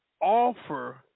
offer